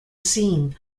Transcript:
scene